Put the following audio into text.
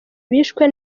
bishwe